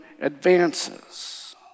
advances